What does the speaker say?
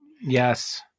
Yes